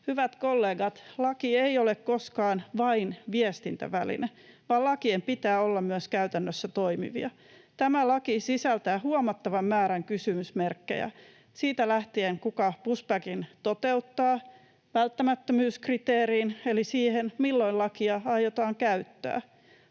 Hyvät kollegat, laki ei ole koskaan vain viestintäväline, vaan lakien pitää olla myös käytännössä toimivia. Tämä laki sisältää huomattavan määrän kysymysmerkkejä siitä lähtien, kuka pushbackin toteuttaa välttämättömyyskriteeriin eli siihen, milloin lakia aiotaan käyttää.